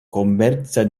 komerca